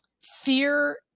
Fear